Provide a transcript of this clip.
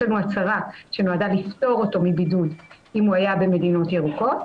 יש לנו הצהרה שנועדה לפטור אותו מבידוד אם הוא היה במדינות ירוקות,